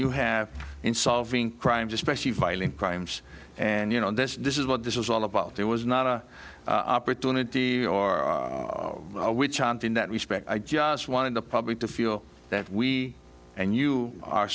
you have in solving crimes especially violent crimes and you know this this is what this was all about it was not a opportunity or a witch and in that respect i just wanted the public to feel that we and you are